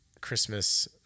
christmas